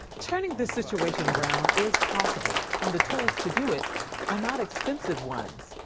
turning the situation around is possible, and the tools to do it are not expensive ones.